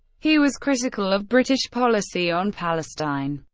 he was critical of british policy on palestine,